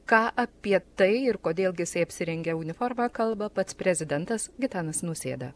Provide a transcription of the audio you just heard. ką apie tai ir kodėl jisai apsirengia uniforma kalba pats prezidentas gitanas nausėda